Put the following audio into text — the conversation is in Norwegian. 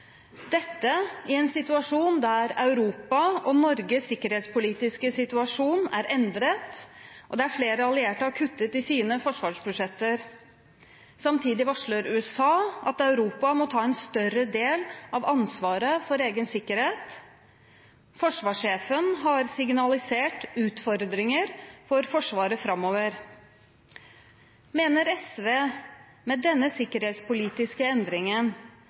dette i en situasjon der Europas og Norges sikkerhetspolitiske situasjon er endret, og der flere allierte har kuttet i sine forsvarsbudsjetter. Samtidig varsler USA at Europa må ta en større del av ansvaret for egen sikkerhet. Forsvarssjefen har signalisert utfordringer for forsvaret framover. Mener SV med denne sikkerhetspolitiske endringen